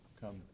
come